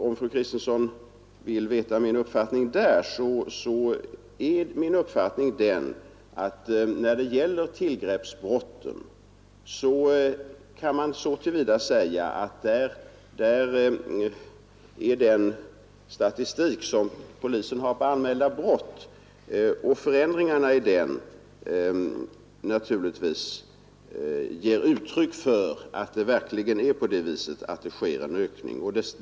Och min uppfattning därvidlag är, fru Kristensson, att när det gäller tillgreppsbrotten ger förändringarna i polisens statistik uttryck för att det verkligen sker en ökning.